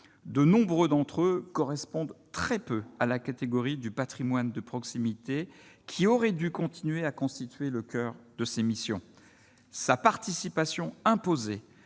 de nombreux d'entre eux correspondent très peu à la catégorie du Patrimoine de proximité, qui aurait dû continuer à constituer le coeur de ses missions, sa participation aux